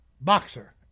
boxer